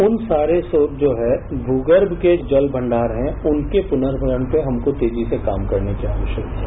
उन सारे स्रोत जो हैं भूगर्ष के जो जल भण्डार हैं उनके पुनर्भरण पर हमको तेजी से काम करने की आवश्यकता है